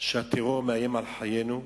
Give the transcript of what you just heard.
שהטרור מאיים על חיינו,